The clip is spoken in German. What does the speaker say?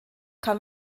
kann